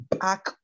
back